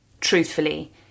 truthfully